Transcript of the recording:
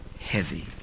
heavy